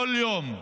כל יום,